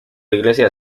iglesia